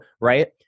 right